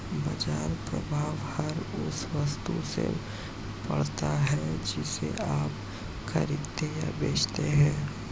बाज़ार प्रभाव हर उस वस्तु से पड़ता है जिसे आप खरीदते या बेचते हैं